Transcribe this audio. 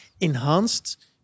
enhanced